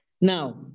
Now